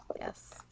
Yes